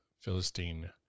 Philistine